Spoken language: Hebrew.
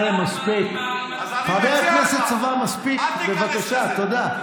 אלפים לא קיבלו, חבר הכנסת סובה, תודה, תודה.